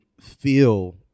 feel